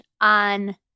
on